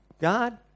God